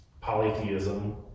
polytheism